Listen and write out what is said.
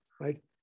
right